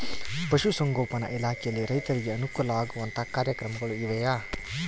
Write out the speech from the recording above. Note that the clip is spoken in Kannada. ಪಶುಸಂಗೋಪನಾ ಇಲಾಖೆಯಲ್ಲಿ ರೈತರಿಗೆ ಅನುಕೂಲ ಆಗುವಂತಹ ಕಾರ್ಯಕ್ರಮಗಳು ಇವೆಯಾ?